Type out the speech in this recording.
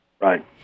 Right